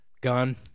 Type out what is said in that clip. gun